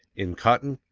in cotton,